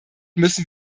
müssen